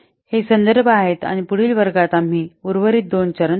हे संदर्भ आहेत आणि पुढील वर्गात आम्ही उर्वरित दोन चरण पाहू